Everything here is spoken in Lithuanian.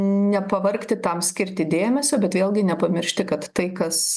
nepavargti tam skirti dėmesio bet vėlgi nepamiršti kad tai kas